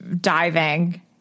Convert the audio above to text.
diving